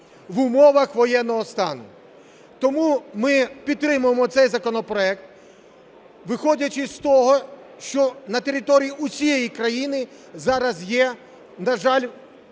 в умовах воєнного стану. Тому ми підтримуємо цей законопроект, виходячи з того, що на території усієї країни зараз є, на жаль,